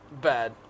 bad